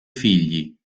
figli